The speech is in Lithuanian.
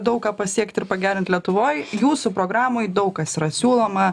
daug ką pasiekt ir pagerint lietuvoj jūsų programoj daug kas yra siūloma